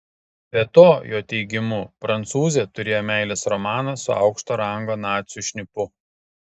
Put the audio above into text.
be to jo teigimu prancūzė turėjo meilės romaną su aukšto rango nacių šnipu